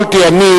יכולתי אני,